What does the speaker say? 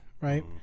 right